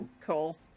Cool